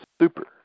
super